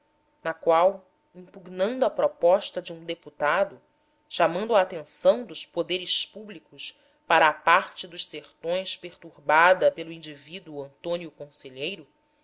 na qual impugnando a proposta de um deputado chamando a atenção dos poderes públicos para a parte dos sertões perturbada pelo indivíduo antônio conselheiro